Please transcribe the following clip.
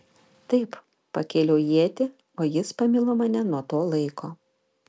taip pakėliau ietį o jis pamilo mane nuo to laiko